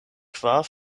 kvar